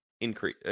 increase